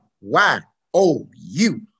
Y-O-U